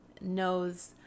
knows